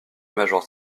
major